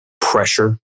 pressure